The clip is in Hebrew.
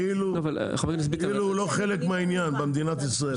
כאילו שהוא לא חלק מהעניין במדינת ישראל.